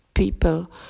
people